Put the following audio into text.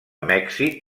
mèxic